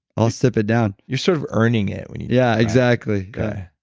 i'll sip it down you're sort of earning it when you yeah, exactly